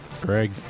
Greg